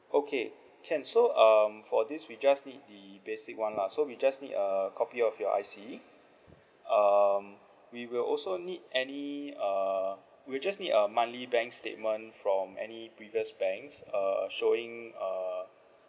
okay can so um for this we just need the basic [one] lah so we just need a copy of your I_C um we will also need any uh we'll just need a monthly bank statement from any previous banks uh showing uh